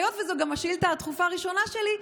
והיות שזו גם השאילתה הדחופה הראשונה שלי,